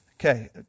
Okay